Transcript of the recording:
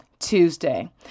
Tuesday